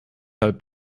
halb